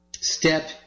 step